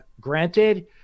granted